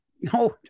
No